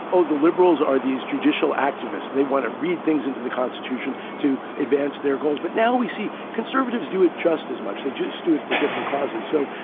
oh, the liberals are these judicial activists. they want to read things into the constitution to advance their goals. but now we see conservatives do it just as much. they just stood for different causes. so,